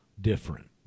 different